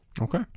Okay